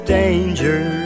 danger